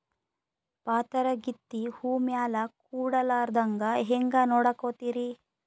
ಪಾತರಗಿತ್ತಿ ಹೂ ಮ್ಯಾಲ ಕೂಡಲಾರ್ದಂಗ ಹೇಂಗ ನೋಡಕೋತಿರಿ?